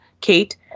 Kate